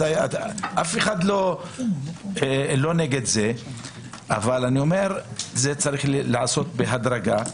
אף אחד לא נגד זה אבל אני אומר שזה צריך להיעשות בהדרגה.